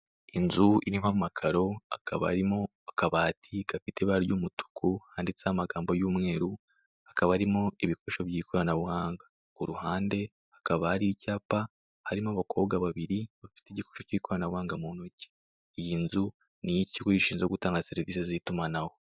Inzu irimo amakaro hakaba harimo akabati gafite ibara ry'umutuku handitseho amagambo y'umweru, hakaba harimo ibikoresho by'ikoranabuhanga ku ruhande hakaba hari icyapa hari n'abakobwa babiri bafite igikoresho k'ikoranabuhanga mu ntoki. Iyi nzu n'iy'ikigo gishinzwe gutanga serivise z'itumanaho.